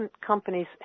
companies